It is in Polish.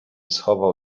schował